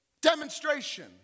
Demonstration